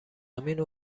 زمین